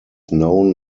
known